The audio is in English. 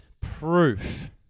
proof